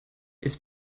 ist